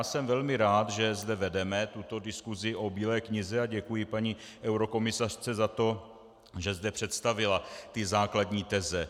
Jsem velmi rád, že zde vedeme tuto diskuzi o Bílé knize, a děkuji paní eurokomisařce za to, že zde představila ty základní teze.